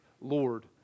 Lord